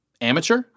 Amateur